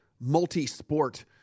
multi-sport